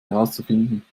herauszufinden